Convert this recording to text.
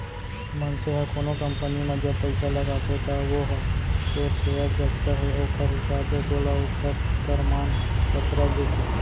मनसे ह कोनो कंपनी म जब पइसा लगाथे त ओहा तोर सेयर जतका हे ओखर हिसाब ले तोला ओखर परमान पतरक देथे